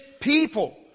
people